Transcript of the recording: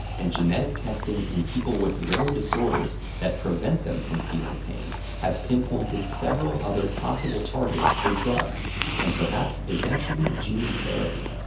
and genetic testing in people with rare disorders that prevent them from feeling pain have pinpointed several other possible targets for drugs and perhaps eventually gene therapy.